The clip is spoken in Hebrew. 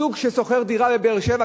זוג ששוכר דירה בבאר-שבע,